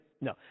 No